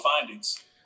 findings